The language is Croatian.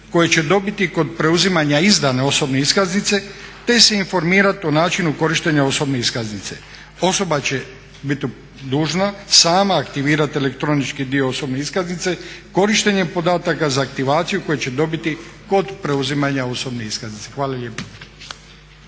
koje će dobiti kod preuzimanja izdane osobne iskaznice te se informirati o načinu korištenja osobne iskaznice. Osoba će biti dužna sama aktivirati elektronički dio osobne iskaznice korištenjem podataka za aktivaciju koje će dobiti kod preuzimanja osobne iskaznice. Hvala lijepo.